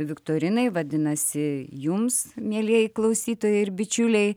viktorinai vadinasi jums mielieji klausytojai ir bičiuliai